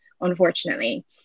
unfortunately